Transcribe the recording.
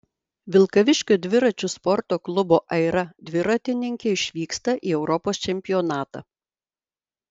vilkaviškio dviračių sporto klubo aira dviratininkė išvyksta į europos čempionatą